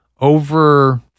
over